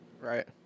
Right